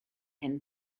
hyn